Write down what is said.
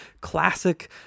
classic